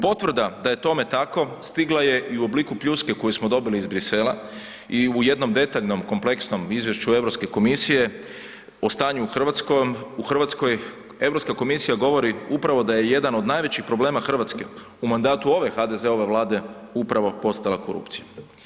Potvrda da je tome tako stigla je i u obliku pljuske koju smo dobili iz Bruxellesa i u jednom detaljnom kompleksnom izvješću Europske komisije o stanju u Hrvatskoj, Europska komisija govori upravo da jedan od najvećih problema Hrvatske u mandatu ove HDZ-ove vlade upravo postala korupcija.